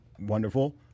wonderful